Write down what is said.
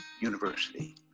University